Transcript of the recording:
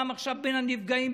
גם עכשיו בין הנפגעים,